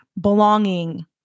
belonging